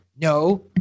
No